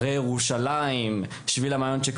הרי ירושלים, שביל המעיינות.